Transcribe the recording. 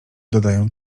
dodaję